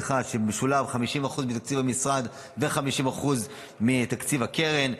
שמשולמים 50% מתקציב המשרד ו-50% מתקציב הקרן,